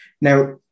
Now